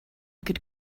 could